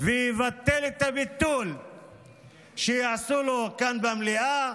ויבטל את הביטול שיעשו לו כאן, במליאה.